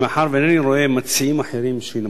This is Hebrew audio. מאחר שאינני רואה מציעים אחרים שינמקו,